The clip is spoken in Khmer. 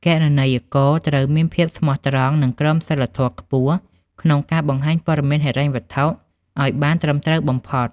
គណនេយ្យករត្រូវមានភាពស្មោះត្រង់ និងក្រមសីលធម៌ខ្ពស់ ក្នុងការបង្ហាញព័ត៌មានហិរញ្ញវត្ថុឱ្យបានត្រឹមត្រូវបំផុត។